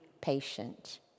patient